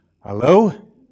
Hello